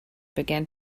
began